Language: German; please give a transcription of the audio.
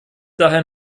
daher